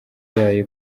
yayo